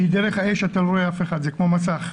כי דרך האש אתה לא רואה אף אחד, זה כמו מסך.